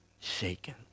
shaken